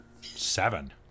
Seven